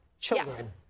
Children